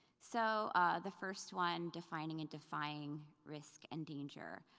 so the first one, defining and defying risk and danger.